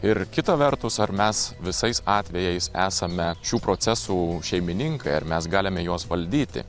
ir kita vertus ar mes visais atvejais esame šių procesų šeimininkai ar mes galime juos valdyti